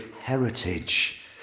heritage